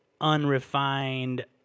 unrefined